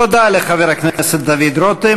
תודה לחבר הכנסת דוד רותם.